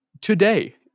Today